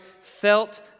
felt